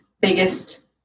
biggest